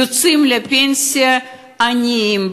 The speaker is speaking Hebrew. יוצאים לפנסיה עניים,